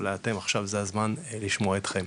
אולי עכשיו זה הזמן לשמוע אתכם.